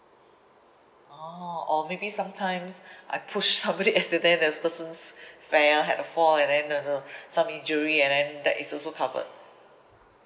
orh or maybe sometimes I pushed somebody accident then the person f~ fell had a fall and then some injury and then that is also covered